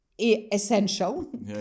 essential